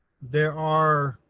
there are